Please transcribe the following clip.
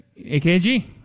akg